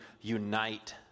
unite